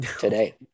today